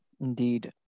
indeed